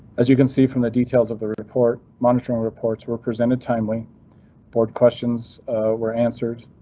as you can see from the details of the report, monitoring reports were presented timely board questions were answered.